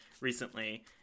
recently